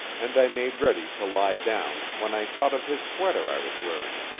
and i made ready to lie down, when i thought of his sweater i was wearing.